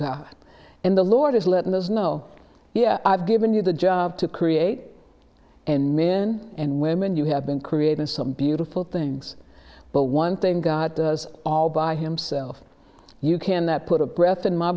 in the lord is letting us know yeah i've given you the job to create and men and women you have been creating some beautiful things but one thing god does all by himself you can that put a breath in my